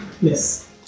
Yes